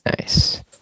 nice